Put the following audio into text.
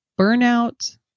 Burnout